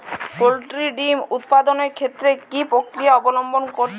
Poultry ডিম উৎপাদনের ক্ষেত্রে কি পক্রিয়া অবলম্বন করতে হয়?